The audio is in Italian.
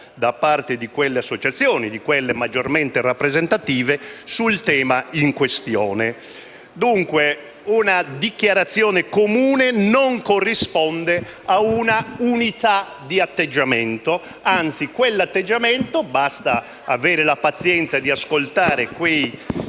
da parte di quelle associazioni maggiormente rappresentative sul tema in questione. Dunque, una dichiarazione comune non corrisponde ad un'unità di atteggiamento; anzi. Basta avere la pazienza di ascoltare quei